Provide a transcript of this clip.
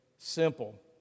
Simple